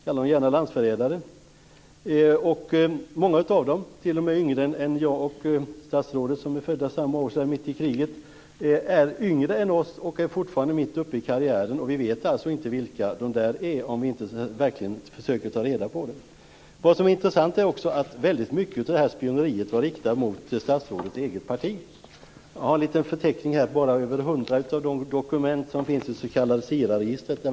Kalla dem gärna landsförrädare! Många av dessa människor är t.o.m. yngre än jag och statsrådet, som är födda samma år mitt i kriget, och är fortfarande mitt uppe i karriären. Vi vet alltså inte vilka de är om vi inte verkligen försöker ta reda på det. Det är också intressant att väldigt mycket av det här spioneriet var riktat mot statsrådets eget parti. Jag har en liten förteckning här bara över hundra av de dokument som finns i det s.k. Sira-registret.